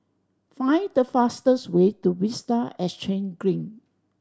find the fastest way to Vista Exhange Green